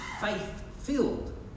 faith-filled